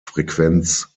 frequenz